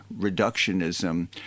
reductionism